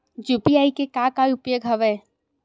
UPI के का उपयोग हवय?